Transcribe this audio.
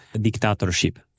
dictatorship